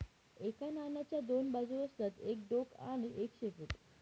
एका नाण्याच्या दोन बाजू असतात एक डोक आणि एक शेपूट